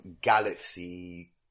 galaxy